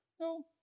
No